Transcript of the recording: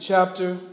Chapter